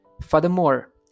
furthermore